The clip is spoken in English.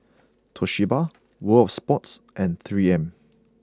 Toshiba World Of Sports and three M